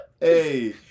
hey